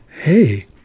hey